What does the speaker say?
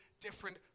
Different